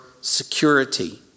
security